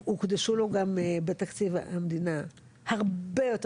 הוקדשו לו גם בתקציב המדינה הרבה יותר